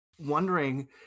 wondering